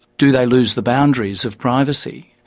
do they lose the boundaries of privacy?